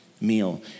meal